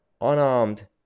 unarmed